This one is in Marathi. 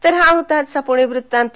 तर हा होता आजचा पुणे वृत्तांत